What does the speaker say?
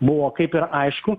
buvo kaip ir aišku